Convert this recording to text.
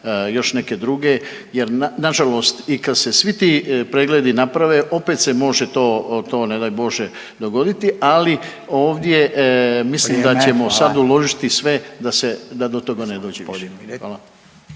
još neke druge jer nažalost i kad se svi ti pregledi naprave opet se može to ne gaj Bože dogoditi. Ali mislim ovdje mislim …/Upadica Radin: Vrijeme, hvala./… da ćemo uložiti sve da do toga ne dođe više.